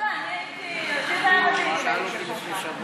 אותי זה היה